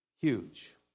Huge